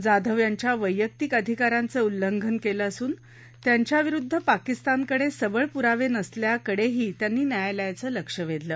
जाधव यांच्या वैयक्तिक अधिकाराचं उल्लंघन केलं गेलं असून त्यांच्याविरुद्ध पाकिस्तानकडे सबळ पुरावे नसल्याकडेही त्यांनी न्यायालयाचं लक्ष वेधलं